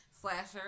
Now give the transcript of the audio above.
Slasher